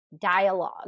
dialogue